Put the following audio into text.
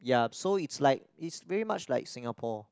ya so it's like it's very much like Singapore